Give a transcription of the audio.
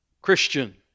Christian